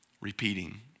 repeating